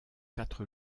quatre